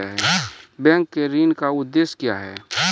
Bank के ऋण का उद्देश्य क्या हैं?